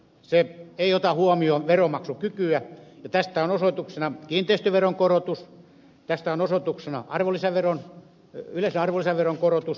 se ei ota huomioon veronmaksukykyä ja tästä on osoituksena kiinteistöveron korotus tästä on osoituksena yleisen arvonlisäveron korotus